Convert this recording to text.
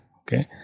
Okay